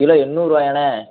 kilo எண்நூறுரூவாயாண்ணே